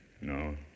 No